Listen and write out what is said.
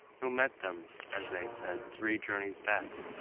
who met them, as they said, three journeys back,